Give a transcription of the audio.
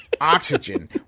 oxygen